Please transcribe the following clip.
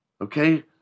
Okay